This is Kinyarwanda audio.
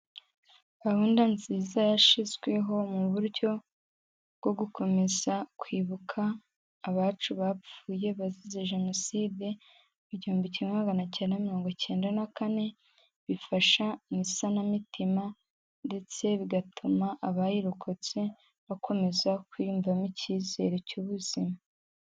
Gahunda nziza yashizweho mu buryo bwo gukomeza kwibuka abacu bapfuye bazize Jenoside, mu gihumbi kimwe magana akenda mirongo ikenda na kane, bifasha mu isanamitima ndetse bigatuma abayirokotse bakomeza kwiyumvamo ikizere cy'ubuzima.